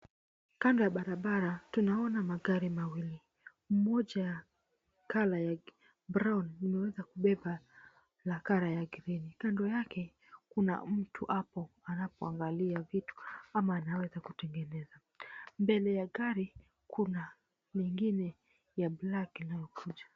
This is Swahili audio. Kando ya barabara tunaona magari mawili; moja colour ya brown imeweza kubeba ya colour ya green . Kando yake kuna mtu hapo anapoangalia vitu ama anaweza kutengeneza. Mbele ya gari kuna mingine ya black inayokuja.